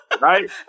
right